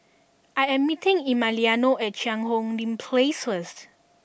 I am meeting Emiliano at Cheang Hong Lim Place first